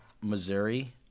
Missouri